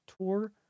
Tour